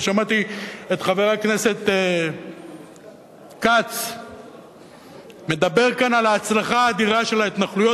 ושמעתי את חבר הכנסת כץ מדבר כאן על ההצלחה האדירה של ההתנחלויות.